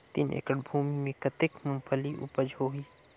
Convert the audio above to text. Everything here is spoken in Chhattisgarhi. तीन एकड़ भूमि मे कतेक मुंगफली उपज होही?